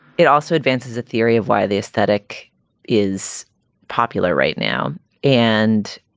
it also advances a theory of why the aesthetic is popular right now and.